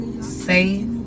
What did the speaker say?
safe